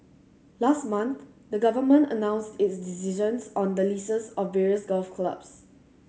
last month the Government announced its decisions on the leases of various golf clubs